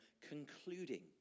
concluding